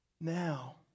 now